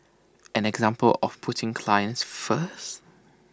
an example of putting clients first